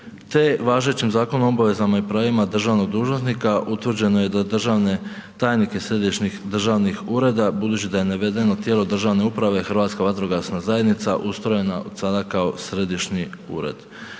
te važećim Zakonom o obvezama i pravima državnih dužnosnika utvrđeno je da državne tajnike središnjih državnih ureda budući da je navedeno tijelo državne uprave Hrvatska vatrogasna zajednica, ustrojena od sada kao središnji ured.